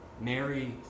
Mary